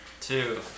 Two